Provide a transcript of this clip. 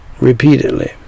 Repeatedly